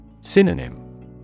Synonym